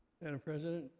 and president,